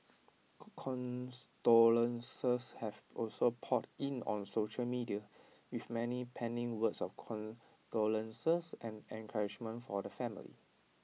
condolences have also poured in on social media with many penning words of condolences and encouragement for the family